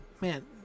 Man